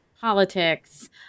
politics